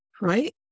right